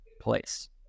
place